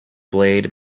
blade